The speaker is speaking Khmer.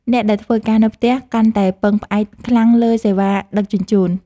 អ្នកដែលធ្វើការនៅផ្ទះ កាន់តែពឹងផ្អែកខ្លាំងលើសេវាដឹកជញ្ជូន។